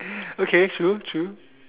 okay true true